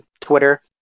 Twitter